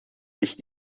ligt